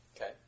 Okay